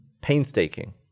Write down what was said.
Painstaking